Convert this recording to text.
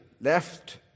left